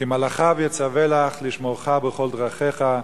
כי מלאכיו יצווה לך לשמרך בכל דרכיך,